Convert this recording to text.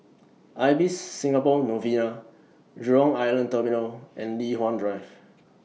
Ibis Singapore Novena Jurong Island Terminal and Li Hwan Drive